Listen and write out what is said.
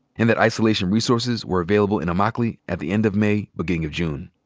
and that isolation resources were available in immokalee at the end of may, beginning of june.